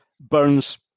burns